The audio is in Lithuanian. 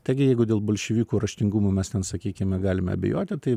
taigi jeigu dėl bolševikų raštingumų mes ten sakykime galime abejoti tai